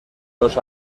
los